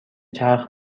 چرخ